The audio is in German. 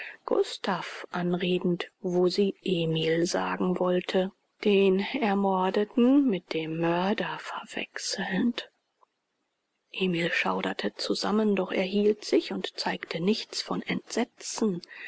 gustav anredend wo sie emil sagen wollte den ermordeten mit dem mörder verwechselnd emil schauderte zusammen doch er hielt sich und zeigte nichts von entsetzen